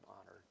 honored